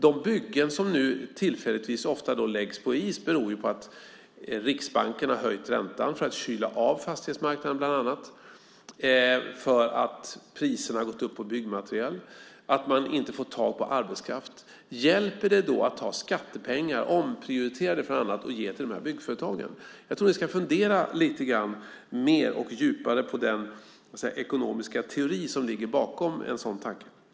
Att byggen nu tillfälligtvis ofta läggs på is beror ju på att Riksbanken har höjt räntan för att kyla av fastighetsmarknaden, bland annat. Priserna har gått upp på byggmateriel, och man får inte tag på arbetskraft. Hjälper det då att ta skattepengar, omprioritera från annat, och ge till de här byggföretagen? Jag tror att ni ska fundera lite mer och djupare på den ekonomiska teori som ligger bakom en sådan tanke.